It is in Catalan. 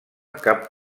cap